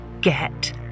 get